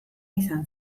izan